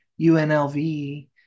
UNLV